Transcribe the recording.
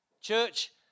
Church